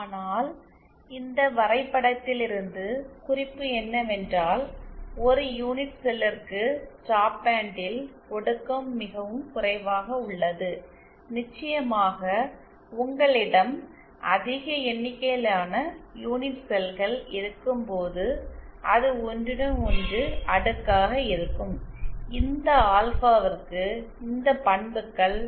ஆனால் இந்த வரைபடத்திலிருந்து குறிப்பு என்னவென்றால் ஒரு யூனிட் செல்லிற்கு ஸ்டாப் பேண்டில் ஒடுக்கம் மிகவும் குறைவாக உள்ளது நிச்சயமாக உங்களிடம் அதிக எண்ணிக்கையிலான யூனிட் செல்கள் இருக்கும்போது அது ஒன்றுடன் ஒன்று அடுக்காக இருக்கும் இந்த ஆல்பாவிற்கு இந்த பண்புகள்